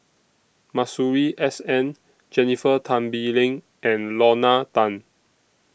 Masuri S N Jennifer Tan Bee Leng and Lorna Tan